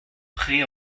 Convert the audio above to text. pré